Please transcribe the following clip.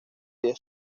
diez